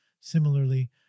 Similarly